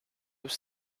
was